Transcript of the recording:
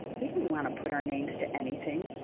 we didn't want to put our names to anything.